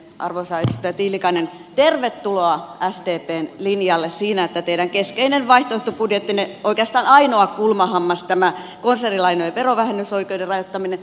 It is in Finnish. arvoisa edustaja tiilikainen tervetuloa sdpn linjalle siinä että teidän vaihtoehtobudjettinne keskeinen oikeastaan ainoa kulmahammas on tämä konsernilainojen verovähennysoikeuden rajoittaminen